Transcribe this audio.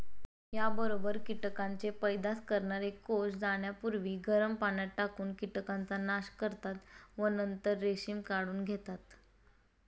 याबरोबर कीटकांचे पैदास करणारे कोष जाण्यापूर्वी गरम पाण्यात टाकून कीटकांचा नाश करतात व नंतर रेशीम काढून घेतात